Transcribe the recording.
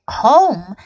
home